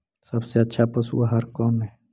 सबसे अच्छा पशु आहार कौन है?